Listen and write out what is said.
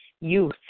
youth